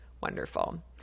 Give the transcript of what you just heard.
wonderful